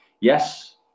Yes